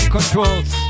Controls